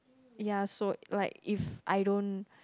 ya so like if I don't